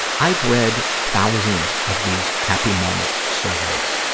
i've read thousands of these happy moments surveys,